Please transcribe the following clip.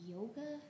Yoga